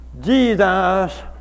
Jesus